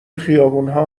خیابونها